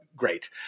great